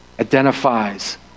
identifies